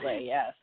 yes